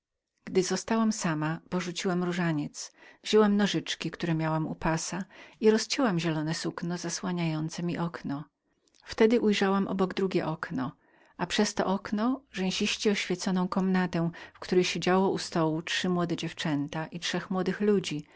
gdy zostałam samą porzuciłam różaniec wzięłam nożyczki które miałam u pasa i rozcięłam zielone sukno zasłaniające mi okno wtedy ujrzałam obok drugie okno a tem oknem rzęsisto oświeconą komnątękomnatę w której siedziało u stołu dwoje młodych dziewcząt i trzech młodych ludzi